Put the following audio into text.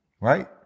right